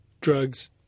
drugs